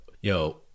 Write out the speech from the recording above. yo